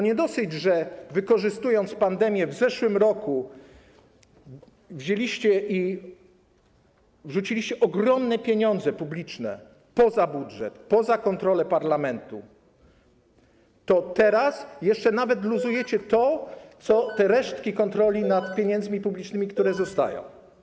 Nie dość, że - wykorzystując pandemię - w zeszłym roku wzięliście i wyrzuciliście ogromne pieniądze publiczne poza budżet, poza kontrolę parlamentu, to jeszcze teraz luzujecie nawet resztki kontroli nad pieniędzmi publicznymi, które zostają.